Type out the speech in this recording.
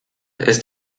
ist